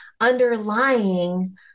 underlying